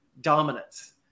dominance